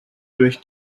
durch